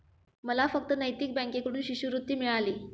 मला फक्त नैतिक बँकेकडून शिष्यवृत्ती मिळाली